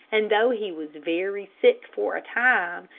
and though he was very sick for a time,